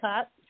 up